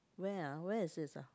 where ah where is this ah